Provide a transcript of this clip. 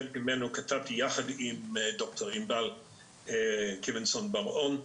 חלק ממנו כתבתי יחד עם דוקטור ענבל קיברסון בר-און.